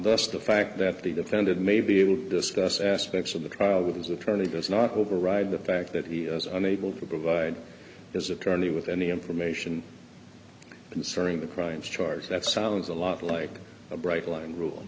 thus the fact that the defendant may be able to discuss aspects of the trial was a pretty does not override the fact that he was unable to provide his attorney with any information concerning the crime charges that sounds a lot like a bright line rul